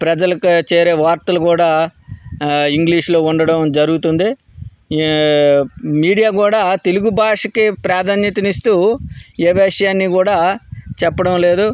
ప్రజలకి చేరే వార్తలు కూడా ఆ ఇంగ్లీషులో ఉండడం జరుగుతుంది ఈ మీడియా కూడా తెలుగు భాషకు ప్రాధాన్యతను ఇస్తూ ఏ విషయాన్ని కూడా చెప్పడం లేదు